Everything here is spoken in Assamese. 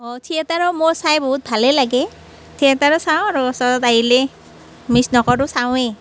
অঁ থিয়েটাৰো মোৰ চাই বহুত ভালেই লাগে থিয়েটাৰো চাওঁ আৰু ওচৰত আহিলে মিছ নকৰোঁ চাওঁৱেই